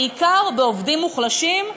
בעיקר בעובדים מוחלשים.